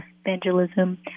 evangelism